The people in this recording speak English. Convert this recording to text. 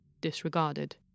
disregarded